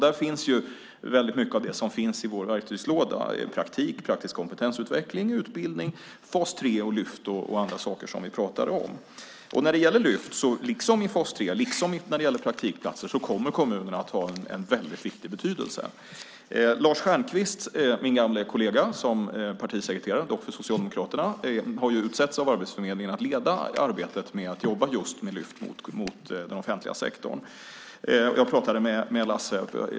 Där finns väldigt mycket av det som finns i vår verktygslåda: praktik, praktisk kompetensutveckling, utbildning, fas 3, Lyft och andra saker som vi pratat om. För Lyft, fas 3 och praktikplatserna kommer kommunerna att ha en mycket stor betydelse. Lars Stjernkvist, min tidigare partisekreterarkollega - dock för Socialdemokraterna - har av Arbetsförmedlingen utsetts till att leda arbetet med Lyft gentemot den offentliga sektorn.